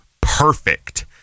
perfect